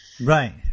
right